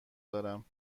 دارم